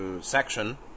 section